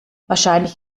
wahrscheinlich